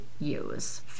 use